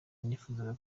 nifuzaga